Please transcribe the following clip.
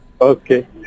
Okay